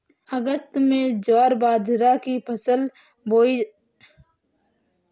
अगस्त में ज्वार बाजरा की फसल बोई जाती हैं